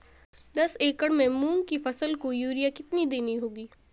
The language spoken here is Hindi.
दस एकड़ में मूंग की फसल को यूरिया कितनी देनी होगी?